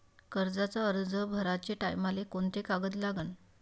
कर्जाचा अर्ज भराचे टायमाले कोंते कागद लागन?